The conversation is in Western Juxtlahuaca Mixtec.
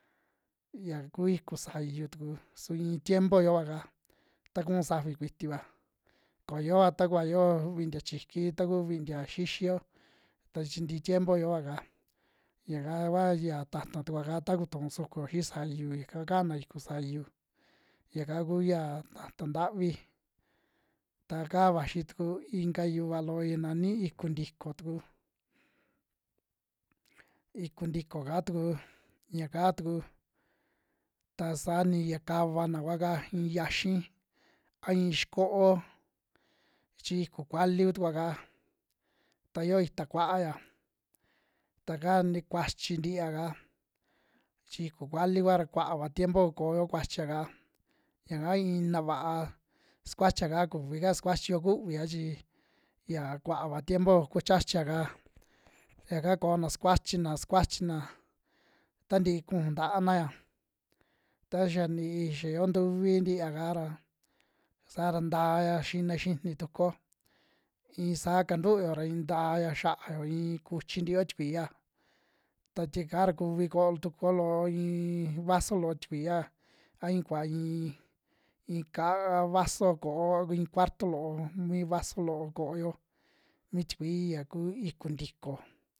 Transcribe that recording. Yia ku iku sayu tuku su iin tiempo yoaka, ta kuun safi kuitiva ko yoa takuva yoo vintia chiiki, ta kuu vintia xixiyo ta chi tii tiempo yoova'ka yaka kua ya ta'ata tukua'ka ta kutuu sukuyo xii sayu yaka kua ka'ana iku sayu, yaka kuyaa ta'ta ntavi. Ta kaa vaxi tuku inka yuva loo ya nani iku ntiko tuku, iku ntiko kaa tuku yakaa tuku ta sa ni ya kavana kua'ka iin yiaxi a iin xiko'o, chi iku kuali kutukua'ka ta yoo ita kua'aya ta ka ni kuachi ntia'ka chi iku kuali kua ra kua'ava tiempo koyo kuachia'ka, yaka ina va'a sukuachia'ka kuvi ka sukuchiyo kuvia chi ya kuaava tiempo ko chiachia'ka, ta yaka koona sukuachina, sukuachina tantii kuju nta'anaya taxa ntii xa yoo ntuvi ntia'ka ra, saa ra ntaya xina xini tukuo iin saa kantuyo ra in taya xia'ayo, iin kuchi ntiiyo tikui'ya ta tie'ka ra kuvi koo tukuo loo iin vaso loo tikui'a a iin kuva iin, in ka'a vaso koo a ku in cuarto loo mi vaso loo ko'oyo mi tikui ya ku iku ntiko.